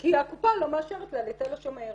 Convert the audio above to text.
כי הקופה לא מאשרת לה לתל השומר.